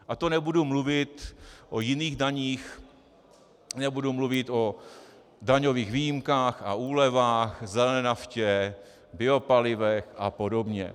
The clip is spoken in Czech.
A to nebudu mluvit o jiných daních, nebudu mluvit o daňových výjimkách a úlevách, zelené naftě, biopalivech a podobně.